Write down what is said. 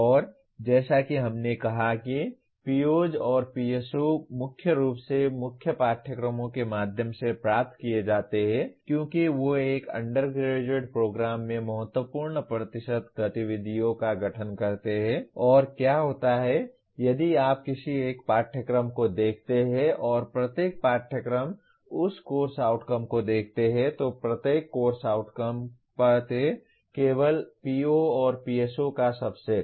और जैसा कि हमने कहा कि POs और PSOs मुख्य रूप से मुख्य पाठ्यक्रमों के माध्यम से प्राप्त किए जाते हैं क्योंकि वे एक अंडरग्रेजुएट प्रोग्राम में महत्वपूर्ण प्रतिशत गतिविधियों का गठन करते हैं और क्या होता है यदि आप किसी एक पाठ्यक्रम को देखते हैं और प्रत्येक पाठ्यक्रम उस कोर्स आउटकम को देखते हैं तो प्रत्येक कोर्स आउटकम पते केवल PO और PSO का सबसेट